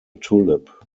tulip